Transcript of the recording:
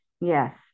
Yes